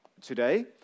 today